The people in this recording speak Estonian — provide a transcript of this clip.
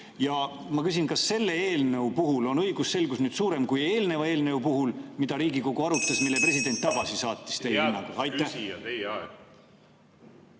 Ma küsin: kas selle eelnõu puhul on õigusselgus nüüd parem kui eelmise eelnõu puhul, mida Riigikogu arutas ja mille president tagasi saatis? Aitäh!